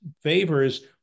favors